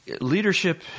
Leadership